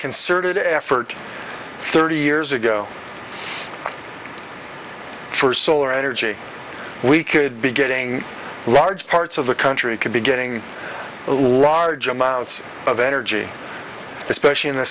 concerted effort thirty years ago for solar energy we could be getting large parts of the country could be getting a large amounts of energy especially in the